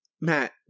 Matt